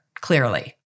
clearly